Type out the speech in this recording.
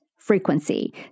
frequency